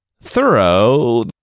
Thorough